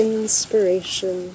Inspiration